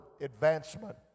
advancement